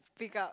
speak up